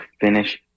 finish